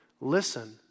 Listen